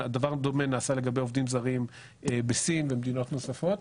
דבר דומה נעשה לגבי עובדים זרים בסין ומדינות נוספות.